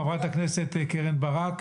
חברת הכנסת קרן ברק,